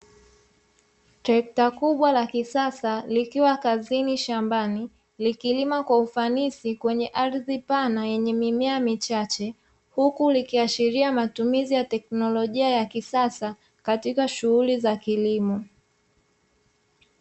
Trekta kubwa la kisasa likiwa kazini shambani, likilima kwa ufanisi kwenye ardhi pana yenye mimea michache, huku likiashiria matumizi ya teknolojia ya kisasa katika shuguli za kilimo.